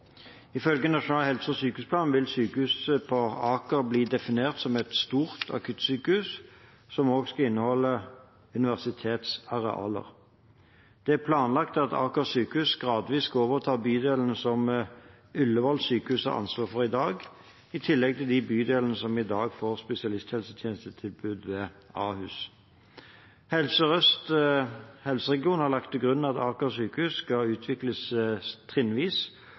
Ifølge Nasjonal helse- og sykehusplan vil sykehuset på Aker bli definert som et stort akuttsykehus, som også skal inneholde universitetsarealer. Det er planlagt at Aker sykehus gradvis skal overta bydelene som Ullevål sykehus har ansvar for i dag, i tillegg til de bydelene som i dag får spesialisthelsetjenestetilbud ved Ahus. Helse Sør-Øst helseregion har lagt til grunn at Aker sykehus skal utvikles trinnvis